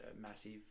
massive